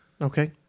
Okay